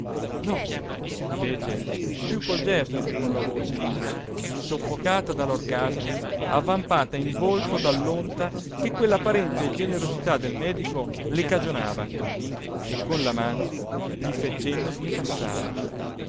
no fece più col gesto che con la voce lydia soffocata dall'orgasmo avvampata in volto dall'onta che quell'apparente generosità del medico le cagionava e con la mano gli fe cenno di passare